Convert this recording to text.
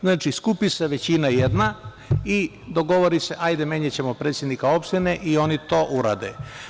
Znači, skupi se jedna većina i dogovori se – hajde, menjaćemo predsednika opštine i oni to urade.